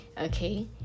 okay